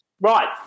Right